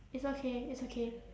it's okay it's okay